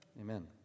Amen